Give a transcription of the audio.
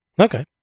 Okay